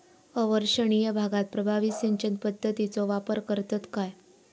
अवर्षणिय भागात प्रभावी सिंचन पद्धतीचो वापर करतत काय?